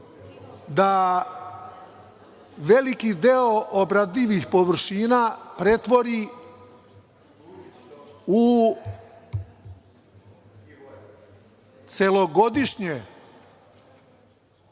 da veliki deo obradivih površina pretvori u celogodišnje